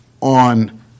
on